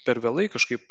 per vėlai kažkaip